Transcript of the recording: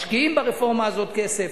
משקיעים ברפורמה הזאת כסף,